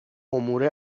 امور